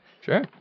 Sure